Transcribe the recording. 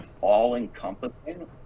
all-encompassing